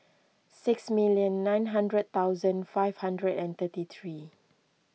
six minute nine hundred thousand five hundred and thirty three